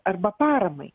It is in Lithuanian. arba paramai